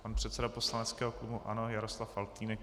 Pan předseda poslaneckého klubu ANO Jaroslav Faltýnek.